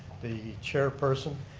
the chairperson,